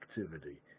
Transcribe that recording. activity